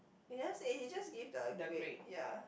he never say he just give the grade ya